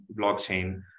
blockchain